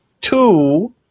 Two